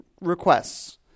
requests